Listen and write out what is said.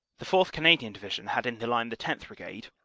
the fourth. canadian division had in the line the tenth. bri gade,